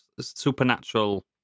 supernatural